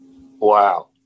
Wow